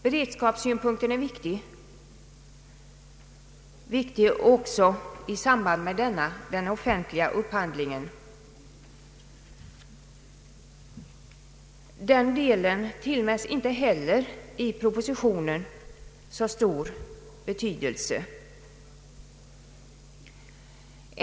Beredskapssynpunkten är viktig, och i samband med denna är också den offentliga upphandlingen av stor vikt. Inte heller den delen tillmäts så stor betydelse i propositionen.